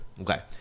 Okay